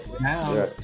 Now